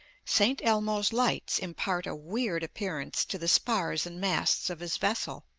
st. elmo's lights impart a weird appearance to the spars and masts of his vessel.